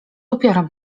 upiorem